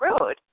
road